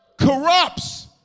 corrupts